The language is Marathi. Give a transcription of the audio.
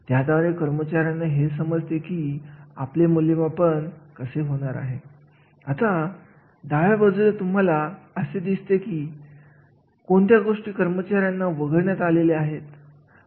म्हणजे त्या कार्यावर कोणती कार्य अवलंबून आहेत बाजारांमधील कोणत्या गोष्टी अवलंबून याचा निर्णय होतो